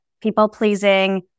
people-pleasing